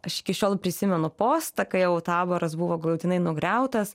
aš iki šiol prisimenu postą kai jau taboras buvo galutinai nugriautas